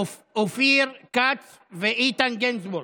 אופיר כץ ואיתן גינזבורג.